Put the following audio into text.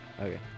Okay